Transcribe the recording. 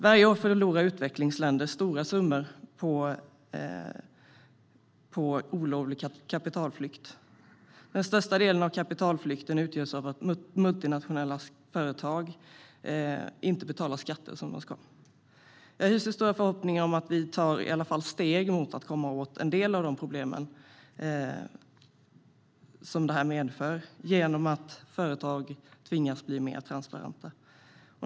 Varje år förlorar utvecklingsländer stora summor på olovlig kapitalflykt. Den största delen av kapitalflykten utgörs av att multinationella företag inte betalar skatter som de ska. Jag hyser stora förhoppningar om att vi i alla fall tar steg mot att komma åt en del av problemen genom att företag tvingas bli mer transparenta.